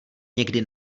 někdy